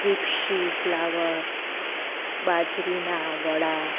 રિપ્શી flower બાજરીના વડા